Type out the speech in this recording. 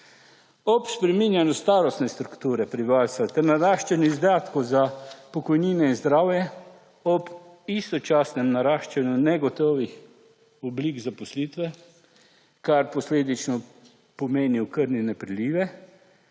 Ob spreminjanju starostne strukture prebivalstva ter naraščanju izdatkov za pokojnine in zdravje ob istočasnem naraščanju negotovih oblik zaposlitve, kar posledično pomeni okrnjene prilive,